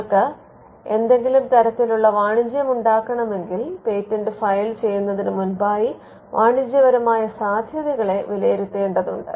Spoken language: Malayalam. നിങ്ങൾക്ക് എന്തെങ്കിലും തരത്തിലുള്ള വാണിജ്യമുണ്ടാക്കണമെങ്കിൽ പേറ്റൻറ് ഫയൽ ചെയ്യുന്നതിന് മുമ്പായി വാണിജ്യപരമായ സാധ്യതകളെ വിലയിരുത്തേണ്ടതുണ്ട്